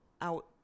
out